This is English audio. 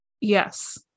yes